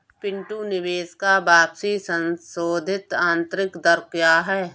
पिंटू निवेश का वापसी संशोधित आंतरिक दर क्या है?